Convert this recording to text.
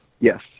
Yes